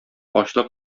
ачлык